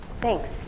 thanks